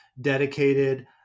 dedicated